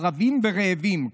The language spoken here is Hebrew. ערבים ורעבים.